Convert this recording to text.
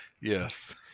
Yes